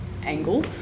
angle